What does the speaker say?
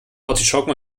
artischocken